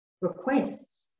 requests